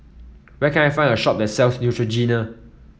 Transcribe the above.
where can I find a shop that sells Neutrogena